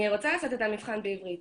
אני רוצה לעשות את המבחן בעברית,